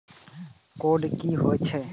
Code की होय छै?